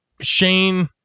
Shane